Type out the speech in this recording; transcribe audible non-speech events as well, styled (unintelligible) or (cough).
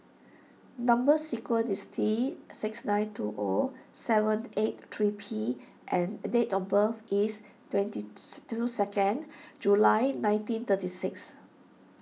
Number Sequence is T six nine two O seven eight three P and date of birth is twenty (unintelligible) two second July nineteen thirty six